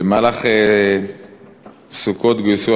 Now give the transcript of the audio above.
במהלך סוכות גויסו